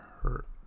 hurt